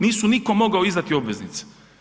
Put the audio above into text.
Nisu niko mogao izdati obveznice.